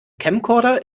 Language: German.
camcorder